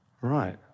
Right